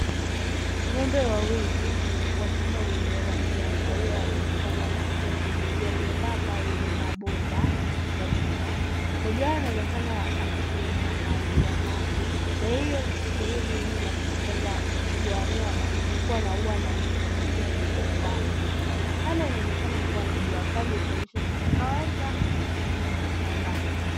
Ng'ombe wawili wachanga wenye rangi ya kahawia wanaonekana wanapita kwenye njia nyembamba yenye mabomba, ya chuma. Mmoja wao anaonekana akimwangalia maji na hiyo ni sehemu eneo la kufuga wanyama, lilikuwa na ua na miti ya mitende kwa umbali. Hali yanaonekana kuwa na jua kali ikionyesha siku ya kawaida, kazi ya mashambani.